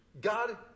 God